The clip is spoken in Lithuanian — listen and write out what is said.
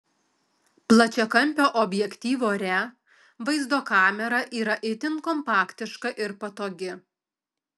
plačiakampio objektyvo re vaizdo kamera yra itin kompaktiška ir patogi